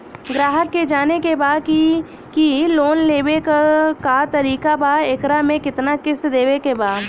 ग्राहक के जाने के बा की की लोन लेवे क का तरीका बा एकरा में कितना किस्त देवे के बा?